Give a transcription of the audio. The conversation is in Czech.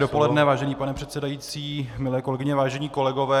Pěkné dopoledne, vážený pane předsedající, milé kolegyně, vážení kolegové.